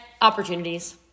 opportunities